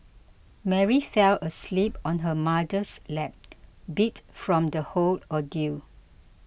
Mary fell asleep on her mother's lap beat from the whole ordeal